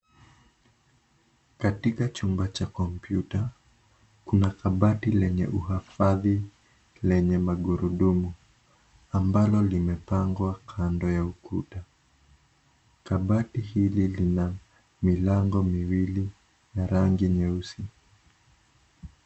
Katika chumba cha kompyuta. Kuna kabati lenye uhafadhi lenye magurudumu. Ambalo limepangwa kando ya ukuta. Kabati hili lina milango miwili ya rangi nyeusi.